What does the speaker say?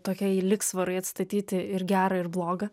tokiai lygsvarai atstatyti ir gerą ir blogą